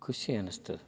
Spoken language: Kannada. ಖುಷಿ ಅನ್ನಿಸ್ತದೆ